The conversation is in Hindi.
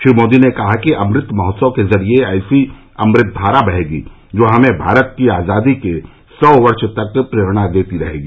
श्री मोदी ने कहा कि अमृत महोत्सव के जरिये ऐसी अमृतधारा बहेगी जो हमें भारत की आजादी के सौ वर्ष तक प्रेरणा देगी